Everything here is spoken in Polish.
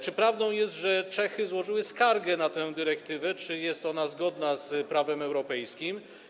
Czy prawdą jest, że Czechy złożyły skargę na tę dyrektywę co do jej zgodności z prawem europejskim?